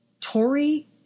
Tory